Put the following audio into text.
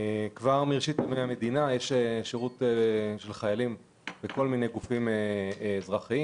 כבר מראשית ימי המדינה חיילים שירתו בכל מיני גופים אזרחיים,